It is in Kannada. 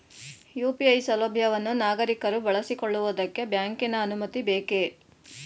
ಯು.ಪಿ.ಐ ಸೌಲಭ್ಯವನ್ನು ನಾಗರಿಕರು ಬಳಸಿಕೊಳ್ಳುವುದಕ್ಕೆ ಬ್ಯಾಂಕಿನ ಅನುಮತಿ ಬೇಕೇ?